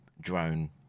drone